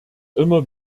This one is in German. immer